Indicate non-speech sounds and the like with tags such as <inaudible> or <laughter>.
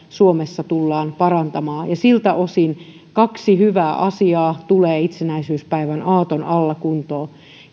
<unintelligible> suomessa tullaan parantamaan siltä osin kaksi hyvää asiaa tulee itsenäisyyspäivän aaton alla kuntoon